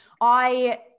I-